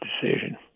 decision